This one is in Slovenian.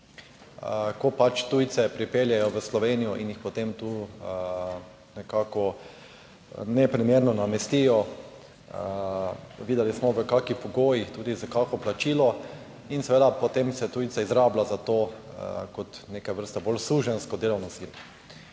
ko pač tujce pripeljejo v Slovenijo in jih potem tu nekako neprimerno namestijo. Videli smo, v kakšnih pogojih tudi za kakšno plačilo. In seveda potem se tujce izrablja za to kot neke vrste bolj suženjsko delovno silo.